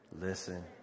listen